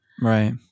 Right